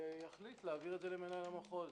ויחליט להעביר את זה למנהל המחוז,